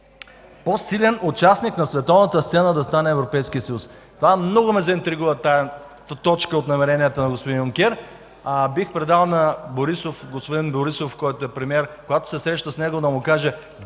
„По-силен участник на световната сцена да стане Европейският съюз”. Много ме заинтригува тази точка от намеренията на господин Юнкер. Бих предал на господин Борисов, който е премиер – когато се среща с него, да му каже: